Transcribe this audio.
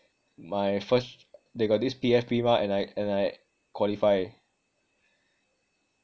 my firs~ they got this P_F_P mah and I and I qualify